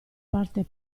parte